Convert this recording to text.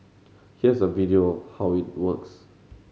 here's a video of how it works